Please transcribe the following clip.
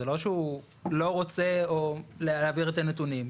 זה לא שהוא לא רוצה להעביר את הנתונים,